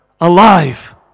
alive